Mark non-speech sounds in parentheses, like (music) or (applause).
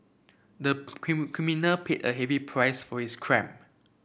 the (unintelligible) criminal paid a heavy price for his crime